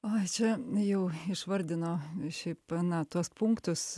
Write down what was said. o čia jau išvardino šiaip na tuos punktus